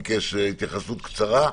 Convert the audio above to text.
הוא ביקש התייחסות קצרה.